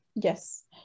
Yes